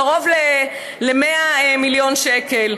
קרוב ל-100 מיליון שקל.